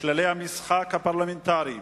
כללי המשחק הפרלמנטריים